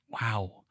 Wow